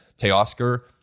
Teoscar